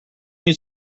use